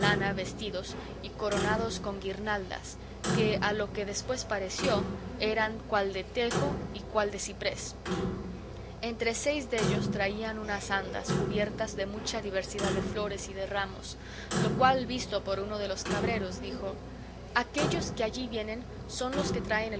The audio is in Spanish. vestidos y coronados con guirnaldas que a lo que después pareció eran cuál de tejo y cuál de ciprés entre seis dellos traían unas andas cubiertas de mucha diversidad de flores y de ramos lo cual visto por uno de los cabreros dijo aquellos que allí vienen son los que traen